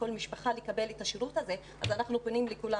לכל משפחה לקבל את השירות הזה אז אנחנו פונים לכולם,